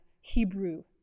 Hebrew